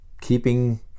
Keeping